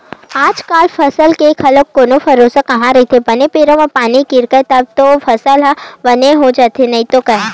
आजकल फसल के घलो कोनो भरोसा कहाँ रहिथे बने बेरा म पानी गिरगे तब तो फसल ह बने हो जाथे नइते गय